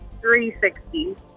360